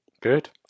Good